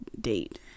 date